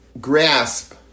grasp